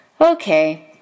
Okay